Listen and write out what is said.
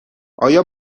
آیا